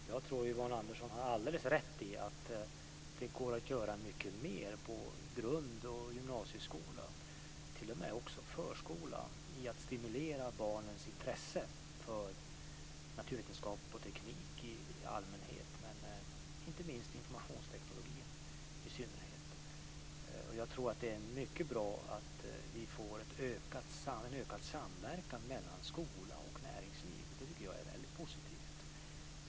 Fru talman! Jag tror att Yvonne Andersson har alldeles rätt i att det går att göra mycket mer på grundskolan och gymnasieskolan, t.o.m. också på förskolan, för att stimulera barnens intresse för naturvetenskap och teknik i allmänhet men informationsteknik i synnerhet. Jag tror att det är mycket bra att vi får en ökad samverkan mellan skola och näringsliv. Det tycker jag är väldigt positivt.